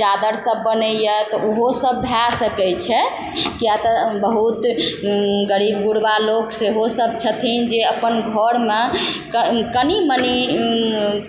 चादर सब बनइए तऽ उहो सब भए सकय छै किएक तऽ बहुत गरीब गुरबा लोक सेहो सब छथिन जे अपन घरमे क कनि मनि